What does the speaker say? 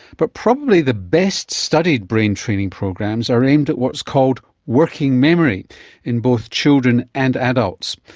but probably the best studied brain training programs are aimed at what's called working memory in both children and adults.